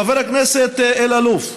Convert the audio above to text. חבר הכנסת אלאלוף,